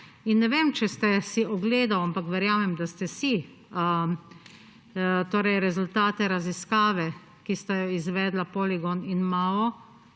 Ne vem, če ste si ogledali, ampak verjamem, da ste si, rezultate raziskave, ki sta jo izvedla Poligon in MAO